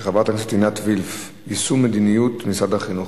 של חברת הכנסת עינת וילף: יישום מדיניות משרד החינוך.